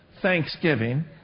Thanksgiving